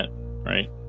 right